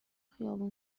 خیابون